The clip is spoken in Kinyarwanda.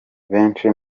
benshi